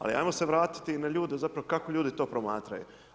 Ali ajmo se vraititi na ljude zapravo kako ljudi to promatraju.